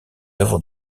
œuvres